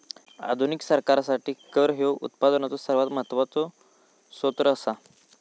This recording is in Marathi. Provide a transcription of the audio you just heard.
आधुनिक सरकारासाठी कर ह्यो उत्पनाचो सर्वात महत्वाचो सोत्र असा